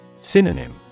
Synonym